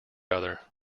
other